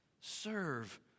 serve